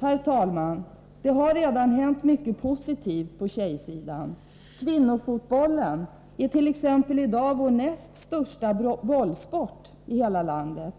Herr talman! Det har redan hänt mycket positivt på tjejsidan. Kvinnofotbollen är t.ex. i dag vår näst största bollsport i hela landet.